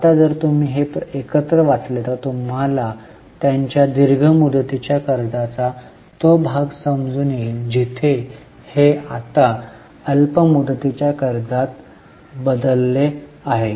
आता जर तुम्ही हे एकत्र वाचले तर तुम्हाला त्यांच्या दीर्घ मुदतीच्या कर्जाचा तो भाग समजून येईल जिथे हे आता अल्प मुदतीच्या कर्जात बदलले आहे